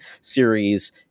series